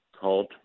called